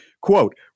Quote